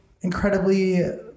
incredibly